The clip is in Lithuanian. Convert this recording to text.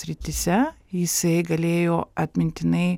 srityse jisai galėjo atmintinai